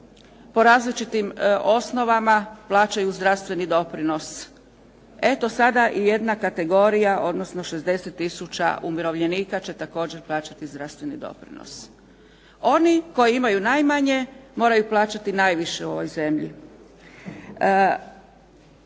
po različitim osnovama plaćaju zdravstveni doprinos. Eto sada i jedna kategorija odnosno 60 tisuća umirovljenika će također plaćati zdravstveni doprinos. Oni koji imaju najmanje moraju plaćati najviše u ovoj zemlji.